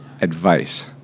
advice